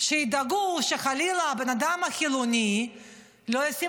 שידאגו שחלילה הבן אדם החילוני לא ישים